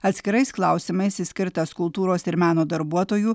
atskirais klausimais išskirtas kultūros ir meno darbuotojų